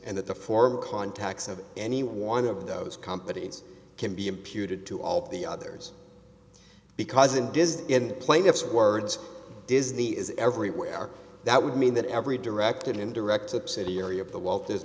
and that the former contacts of any one of those companies can be imputed to all the others because it does in plaintiff's words disney is everywhere that would mean that every direct and indirect subsidiary of the walt